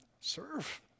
serve